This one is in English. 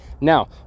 Now